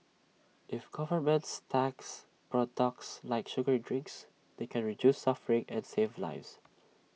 if governments tax products like sugary drinks they can reduce suffering and save lives